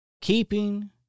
Keeping